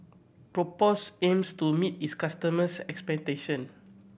Propass aims to meet its customers' expectation